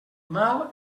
mal